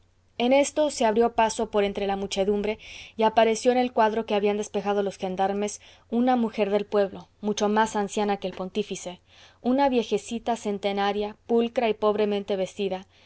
en esto se abrió paso por entre la muchedumbre y apareció en el cuadro que habían despejado los gendarmes una mujer del pueblo mucho más anciana que el pontífice una viejecita centenaria pulcra y pobremente vestida